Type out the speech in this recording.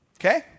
okay